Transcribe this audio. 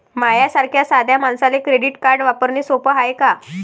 माह्या सारख्या साध्या मानसाले क्रेडिट कार्ड वापरने सोपं हाय का?